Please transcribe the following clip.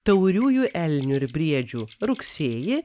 tauriųjų elnių ir briedžių rugsėjį